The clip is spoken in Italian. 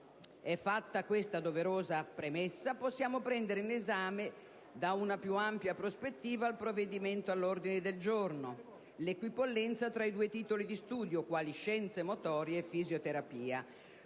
e fatta questa doverosa premessa, possiamo prendere in esame da una più ampia prospettiva il provvedimento all'ordine del giorno. L'equipollenza tra due titoli di studio quali scienze motorie e fisioterapia